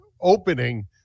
opening